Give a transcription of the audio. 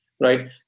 right